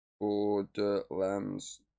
Borderlands